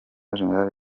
gen